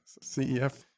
CEF